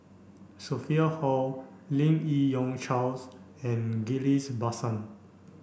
Sophia Hull Lim Yi Yong Charles and Ghillies Basan